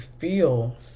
feel